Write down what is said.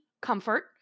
comfort